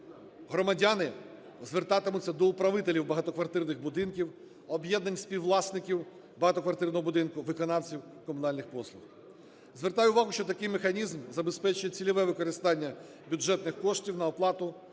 громадяни звертатимуться до управителів багатоквартирних будинків, об'єднань співвласників багатоквартирного будинку, виконавців комунальних послуг. Звертаю увагу, що такий механізм забезпечує цільове використання бюджетних коштів на оплату